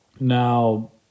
Now